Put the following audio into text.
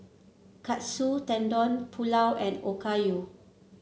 Katsu Tendon Pulao and Okayu